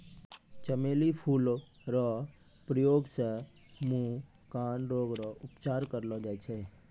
चमेली फूल रो प्रयोग से मुँह, कान रोग रो उपचार करलो जाय छै